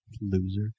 Loser